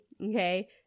okay